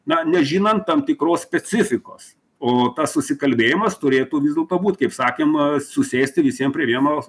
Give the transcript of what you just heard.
na nežinant tam tikros specifikos o tas susikalbėjimas turėtų vis dėl to būt kaip sakėm susėsti visiem prie vienos